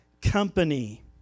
company